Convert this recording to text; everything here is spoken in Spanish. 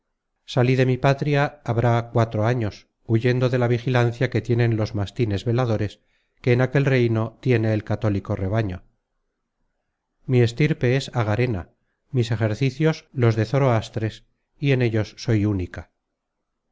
salí de mi patria habrá cuatro años huyendo de la vigilancia que tienen los mastines veladores que en aquel reino tiene el católico rebaño mi estirpe es agarena mis ejercicios los de zoroastres y en ellos soy única